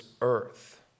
earth